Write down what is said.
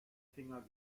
finger